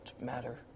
matter